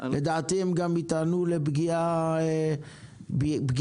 לדעתי הם גם יטענו לפגיעה קניינית,